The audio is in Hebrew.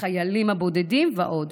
החיילים הבודדים ועוד.